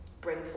bring